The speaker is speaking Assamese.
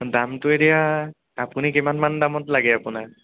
দামটো এতিয়া আপুনি কিমানমান দামত লাগে আপোনাক